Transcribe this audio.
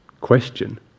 question